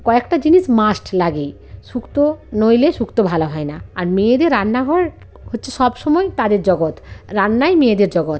কয়েকটা জিনিস মাস্ট লাগেই শুক্ত নইলে শুক্ত ভালো হয় না আর মেয়েদের রান্নাঘর হচ্ছে সব সময় তাদের জগত রান্নাই মেয়েদের জগত